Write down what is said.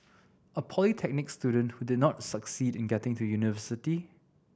a polytechnic student who did not succeed in getting to university